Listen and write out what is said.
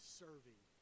serving